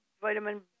vitamin